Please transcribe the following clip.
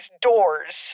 doors